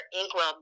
Inkwell